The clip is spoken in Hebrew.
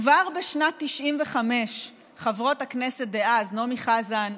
כבר בשנת 1995 חברות הכנסת דאז נעמי חזן,